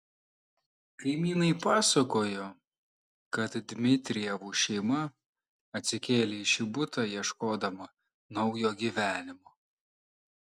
kaimynai pasakojo kad dmitrijevų šeima atsikėlė į šį butą ieškodama naujo gyvenimo